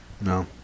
No